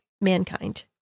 mankind